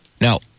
Now